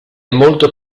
molto